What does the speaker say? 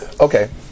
Okay